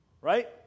right